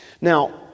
Now